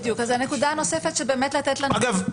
אגב,